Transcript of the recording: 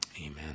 Amen